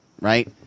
right